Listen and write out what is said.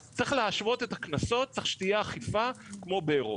צריך להשוות את הקנסות ושתהיה אכיפה כמו באירופה.